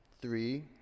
three